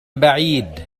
بعيد